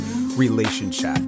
relationship